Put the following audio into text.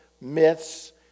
myths